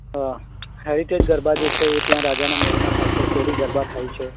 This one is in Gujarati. હેરિટેજ ગરબા જે છે એ ત્યાં રાજાના મેહલમાં થાય છે શેરી ગરબા થાય છે